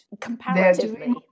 comparatively